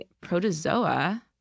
protozoa